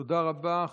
תודה רבה.